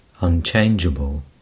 unchangeable